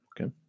Okay